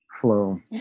Flow